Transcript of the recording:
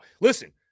listen